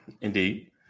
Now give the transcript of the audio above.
Indeed